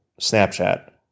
Snapchat